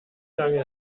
lange